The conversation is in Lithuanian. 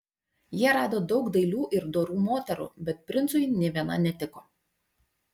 jie rado daug dailių ir dorų moterų bet princui nė viena netiko